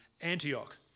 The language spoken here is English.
Antioch